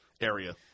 area